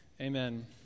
Amen